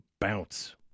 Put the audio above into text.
Bounce